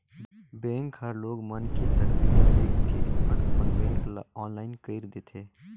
bank हर लोग मन के तकलीफ ल देख के अपन अपन बेंक ल आनलाईन कइर देथे